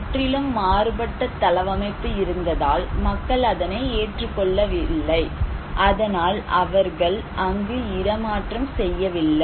முற்றிலும் மாறுபட்ட தளவமைப்பு இருந்ததால் மக்கள் அதனை ஏற்றுக்கொள்ளவில்லை அதனால் அவர்கள் அங்கு இடமாற்றம் செய்யவில்லை